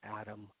Adam